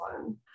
one